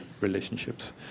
relationships